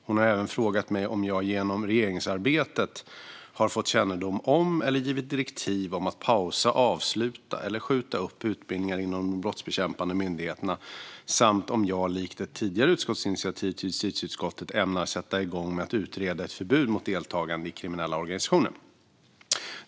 Hon har även frågat mig om jag genom regeringsarbetet har fått kännedom om eller givit direktiv om att pausa, avsluta eller skjuta upp utbildningar inom de brottsbekämpande myndigheterna samt om jag likt ett tidigare utskottsinitiativ till justitieutskottet ämnar sätta igång med att utreda ett förbud mot deltagande i kriminella organisationer.